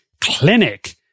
Clinic